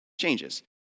changes